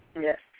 Yes